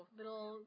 little